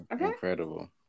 Incredible